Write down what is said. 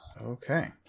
Okay